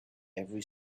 every